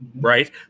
Right